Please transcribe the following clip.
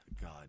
God